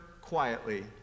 quietly